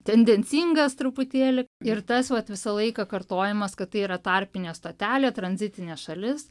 tendencingas truputėlį ir tas vat visą laiką kartojimas kad tai yra tarpinė stotelė tranzitinė šalis